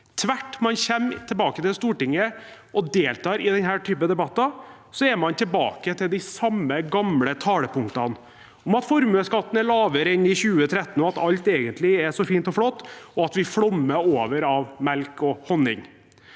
gang man kommer tilbake til Stortinget og deltar i denne type debatter, er man tilbake til de samme gamle talepunktene om at formuesskatten er lavere enn i 2013, at alt egentlig er så fint og flott, og at vi flommer over av melk og honning.